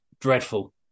dreadful